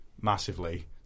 massively